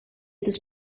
της